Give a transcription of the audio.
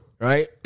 Right